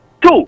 Two